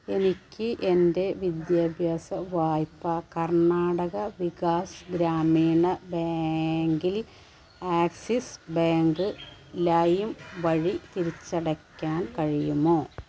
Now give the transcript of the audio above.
എനിക്ക് എന്റെ വിദ്യാഭ്യാസ വായ്പ്പ കർണാടക വികാസ് ഗ്രാമീണ ബാങ്കിൽ ആക്സിസ് ബാങ്ക് ലൈം വഴി തിരിച്ചടയ്ക്കാൻ കഴിയുമോ